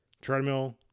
treadmill